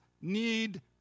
need